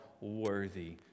worthy